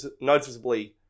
noticeably